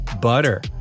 Butter